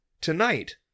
tonight